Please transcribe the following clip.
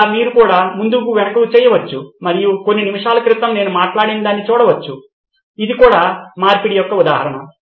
ఇలా కూడా మీరు ముందు వెనుకకు చేయవచ్చు మరియు కొన్ని నిమిషాల క్రితం నేను మాట్లాడినదాన్ని చూడవచ్చు ఇది కూడా మార్పిడి యొక్క ఉదాహరణ